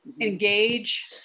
Engage